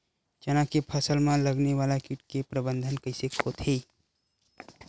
चना के फसल में लगने वाला कीट के प्रबंधन कइसे होथे?